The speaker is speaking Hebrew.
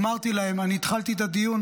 אמרתי להם, אני התחלתי את הדיון